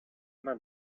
main